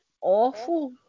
awful